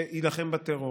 שיילחם בטרור.